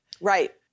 Right